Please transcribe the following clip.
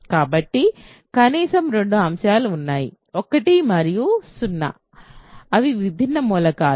కాబట్టి కనీసం రెండు అంశాలు ఉన్నాయి 1 మరియు 0 అవి విభిన్న మూలకాలు